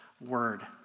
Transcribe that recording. word